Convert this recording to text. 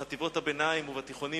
בחטיבות הביניים ובתיכונים,